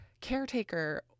caretaker